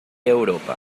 europa